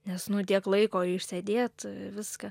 nes nu tiek laiko išsėdėt viską